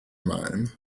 mind